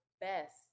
best